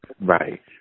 Right